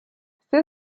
всі